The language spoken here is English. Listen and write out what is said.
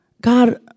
God